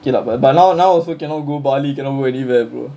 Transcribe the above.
okay lah but but now now also cannot go bali cannot go anywhere bro